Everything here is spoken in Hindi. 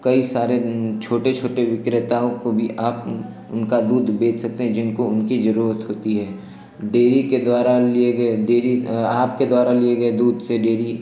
कई सारे छोटे छोटे विक्रेताओं को भी आप उनका दूध बेच सकते हैं जिनको उनकी ज़रूरत होती है डेयरी के द्वारा लिए गए डेयरी आपके द्वारा लिए गए दूध से डेयरी